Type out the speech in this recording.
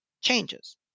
changes